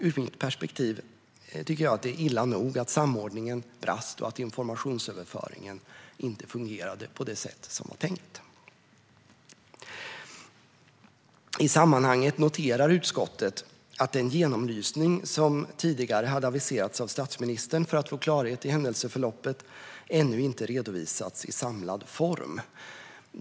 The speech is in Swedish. Ur mitt perspektiv är det illa nog att samordningen brast och att informationsöverföringen inte fungerade på det sätt som var tänkt. I sammanhanget noterar utskottet att den genomlysning som tidigare hade aviserats av statsministern för att få klarhet i händelseförloppet ännu inte har redovisats i samlad form.